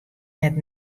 net